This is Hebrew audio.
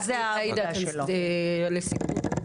עאידה, לסיכום,